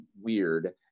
weird